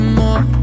more